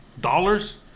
dollars